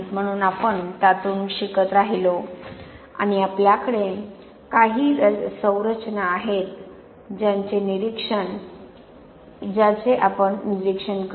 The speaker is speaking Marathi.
म्हणून आपण त्यातून शिकत राहिलो आणि आपल्याकडे काही संरचना आहेत ज्यांचे आपण निरीक्षण करू